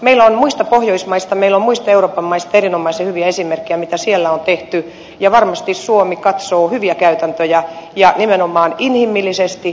meillä on muista pohjoismaista meillä on muista euroopan maista erinomaisen hyviä esimerkkejä mitä siellä on tehty ja varmasti suomi katsoo hyviä käytäntöjä ja nimenomaan inhimillisesti ihmislähtöisesti